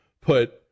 put